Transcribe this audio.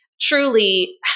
truly